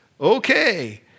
okay